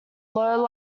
low